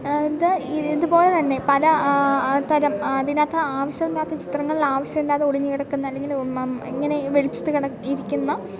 ഇത് ഇതു പോലെ തന്നെ പല തരം അതിനകത്ത് ആവശ്യമില്ലാത്ത ചിത്രങ്ങൾ ആവശ്യമില്ലാതെ ഒളിഞ്ഞു കിടക്കുന്ന അല്ലെങ്കിൽ ഇങ്ങനെ ഈ വെളിച്ചത്ത് കെട ഇരിക്കുന്ന